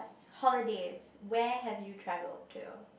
holidays where have you traveled to